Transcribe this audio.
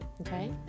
okay